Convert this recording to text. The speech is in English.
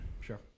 Sure